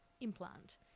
implant